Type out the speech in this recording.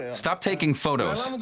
and stop taking photos!